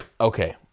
Okay